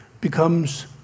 becomes